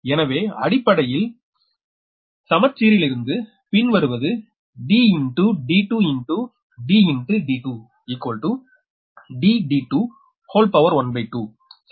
எனவே அடிப்படையில் சமச்சீரிலிருந்து பின்வருவது D d2 D d2 12 சமம்